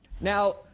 Now